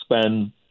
spend